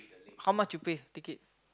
how much you pay ticket